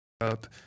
Up